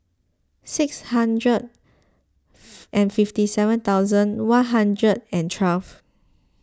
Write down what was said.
six hundred and fifty seven thousand one hundred and twelve